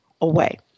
away